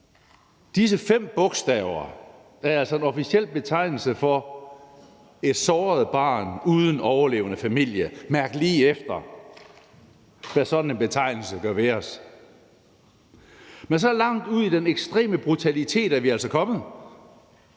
Disse fem bogstaver er altså en officiel betegnelse for et såret barn uden overlevende familie. Mærk lige efter, hvad sådan en betegnelse gør ved os. Men så langt ud i den ekstreme brutalitet er vi altså kommet